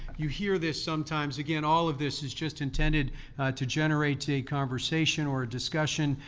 you hear this sometimes, again, all of this is just intended to generate a conversation or a discussion,